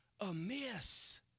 amiss